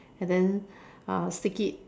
and then uh stick it